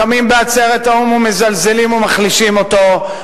קמים בעצרת האו"ם ומזלזלים ומחלישים אותו.